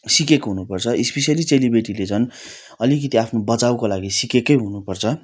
सिकेको हुनु पर्छ इस्पेसियली चेलीबेटीले झन् अलिकिति आफ्नो बचाउको लागि सिकेकै हुनु पर्छ